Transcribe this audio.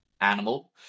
animal